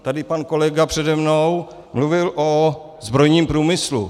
Tady pan kolega přede mnou mluvil o zbrojním průmyslu.